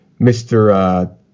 Mr